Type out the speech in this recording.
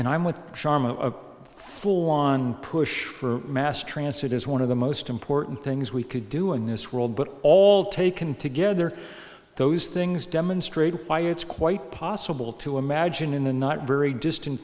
and i'm with charm a full on push for mass transit is one of the most important things we could do in this world but all taken together those things demonstrated by it's quite possible to imagine in the not very distant